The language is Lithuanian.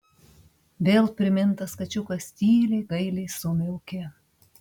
vėl primintas kačiukas tyliai gailiai sumiaukė